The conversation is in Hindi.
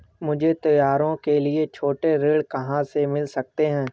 मुझे त्योहारों के लिए छोटे ऋण कहाँ से मिल सकते हैं?